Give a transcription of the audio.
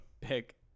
pick